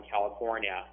California